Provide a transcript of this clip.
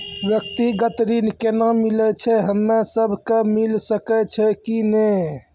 व्यक्तिगत ऋण केना मिलै छै, हम्मे सब कऽ मिल सकै छै कि नै?